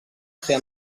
ser